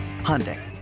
Hyundai